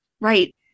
Right